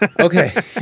Okay